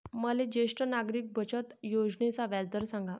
मले ज्येष्ठ नागरिक बचत योजनेचा व्याजदर सांगा